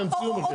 שימציאו מחיר.